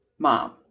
Mom